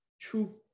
true